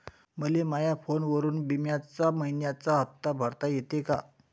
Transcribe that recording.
मले माया फोनवरून बिम्याचा मइन्याचा हप्ता भरता येते का?